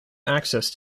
access